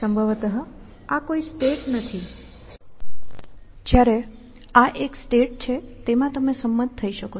સંભવત આ કોઈ સ્ટેટ નથી જ્યારે આ એક સ્ટેટ છે જેમાં તમે સંમત થઈ શકો